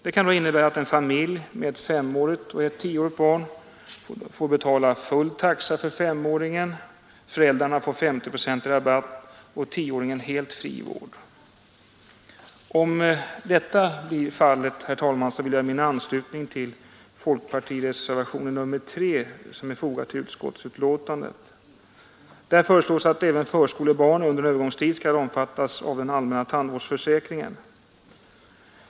En familj med ett femårigt och ett tioårigt barn kan få betala full taxa för femåringen medan föräldrarna får 50-procentig rabatt och tioåringen helt fri vård. Om detta blir fallet, herr talman, vill jag ge min anslutning till folkpartireservationen III vid utskottsbetänkandet. Där föreslås att även förskolebarn under en övergångstid skall omfattas av den allmänna tandvårdsförsäkringen.